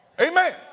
Amen